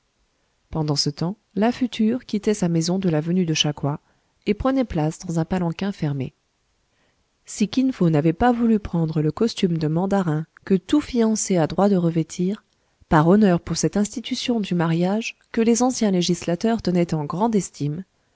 pendant ce temps la future quittait sa maison de l'avenue de chacoua et prenait place dans un palanquin fermé si kin fo n'avait pas voulu prendre le costume de mandarin que tout fiancé a droit de revêtir par honneur pour cette institution du mariage que les anciens législateurs tenaient en grande estime